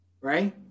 right